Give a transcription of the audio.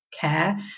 care